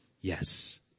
Yes